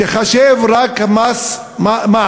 תחשב רק מע"מ,